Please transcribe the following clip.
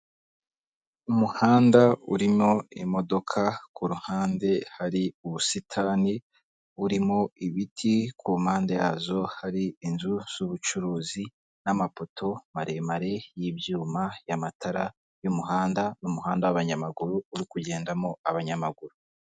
Umuhanda urimo imodoka ku ruhande hari ubusitani burimo ibiti, ku mpande yazo hari inzu z'ubucuruzi n'amapoto maremare y'ibyuma y'amatara y'umuhanda n'umuhanda w'abanyamaguru uri kugendamo abanyamaguru.